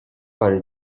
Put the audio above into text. parę